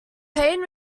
payne